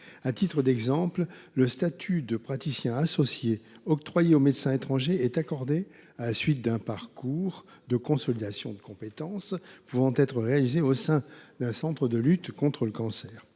À titre d’exemple, le statut de praticien associé octroyé aux médecins étrangers est accordé à la suite d’un parcours de consolidation de compétences pouvant être réalisé au sein d’un centre de lutte contre le cancer.